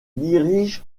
dirige